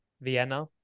Vienna